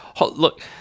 look